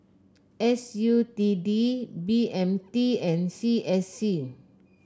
S U T D B M T and C S C